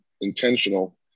intentional